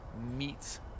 meets